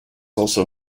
also